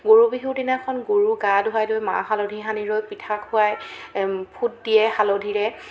গৰু বিহু দিনাখন গৰু গা ধোৱাই লৈ মাহ হালধি সানি লৈ পিঠা খোৱাই ফুট দিয়ে হালধিৰে